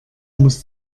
muss